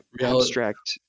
abstract